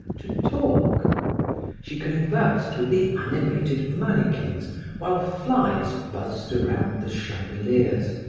to talk she conversed with the animated mannikins while flies buzzed around the chandeliers.